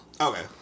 Okay